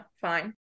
fine